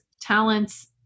talents